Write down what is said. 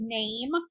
name